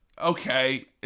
okay